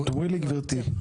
תאמרי לי גברתי,